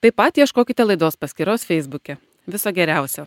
taip pat ieškokite laidos paskyros feisbuke viso geriausio